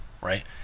right